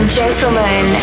gentlemen